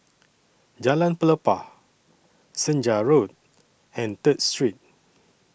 Jalan Pelepah Senja Road and Third Street